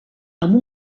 amb